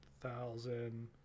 thousand